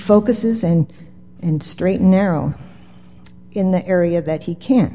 focuses and and straight and narrow in the area that he can't